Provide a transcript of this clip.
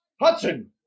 Hudson